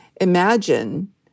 imagine